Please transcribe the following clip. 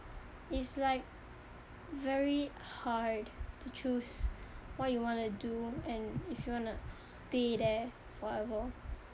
it's like very hard to choose what you wanna do and if you wanna stay there forever